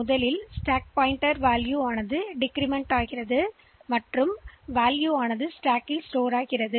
முதலில் ஸ்டாக் சுட்டிக்காட்டி மதிப்பு குறைக்கப்படும் பின்னர் மதிப்பு ஸ்டேக்கில் சேமிக்கப்படும்